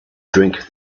drink